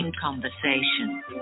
conversation